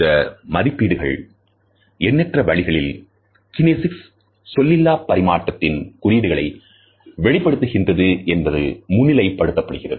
இந்த மதிப்பீடுகள் எண்ணற்ற வழிகளில் கினேசிக்ஸ் சொல்லிலா பரிமாற்றத்தில் குறியீடுகளை வெளிப்படுத்துகின்றது என்பது முன்னிலைப் படுத்தப்படுகிறது